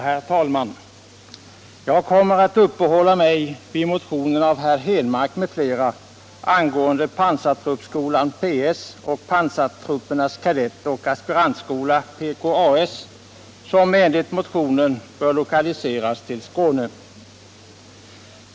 Herr talman! Jag kommer att uppehålla mig vid motionen av herr Henmark m.fl. angående pansartruppskolan PS och panstartruppernas kadettoch aspirantskola PKAS, som enligt motionen bör lokaliseras till Skåne.